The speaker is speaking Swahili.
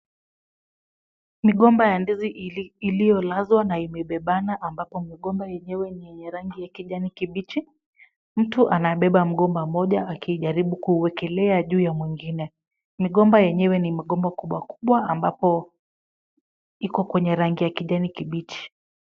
Migomba ya ndizi iliyolazwa na imebebana ambapo migomba yenyewe ni yenye rangi ya kijani kibichi, mtu anabeba mgomba mmoja akijaribu kuuwekelea juu ya mwingine ,migomba yenyewe ni migomba kubwa kubwa ambapo iko kwenye rangi ya kijani kibichi .